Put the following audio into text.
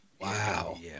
wow